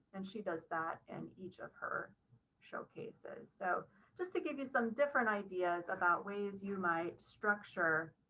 and she does that and each of her showcases so just to give you some different ideas about ways you might structure